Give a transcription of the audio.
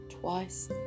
twice